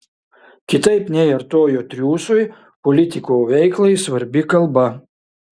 kitaip nei artojo triūsui politiko veiklai svarbi kalba